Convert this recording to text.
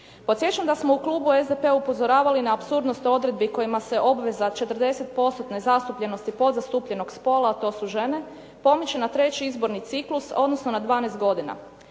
Podsjećam da smo u klubu SDP-a upozoravali na apsurdnost odredbi kojima se obveza 40%-tne zastupljenosti podzastupljenog spola a to su žene pomiče na treći izborni ciklus, odnosno na 12 godina.